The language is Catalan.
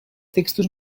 textos